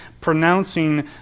pronouncing